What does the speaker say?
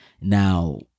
Now